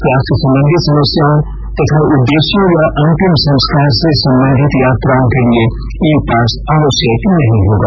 स्वास्थ्य संबंधी समस्याओं उदेश्यों या अंतिम संस्कार से संबंधित यात्राओं के लिए ई पास आवश्यक नहीं होगा